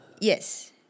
Yes